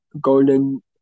golden